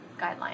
guideline